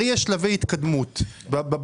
הרי יש שלבי התקדמות בבנייה.